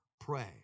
pray